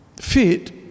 fit